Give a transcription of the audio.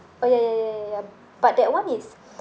oh ya ya ya ya ya but that one is